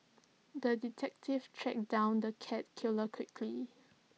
the detective tracked down the cat killer quickly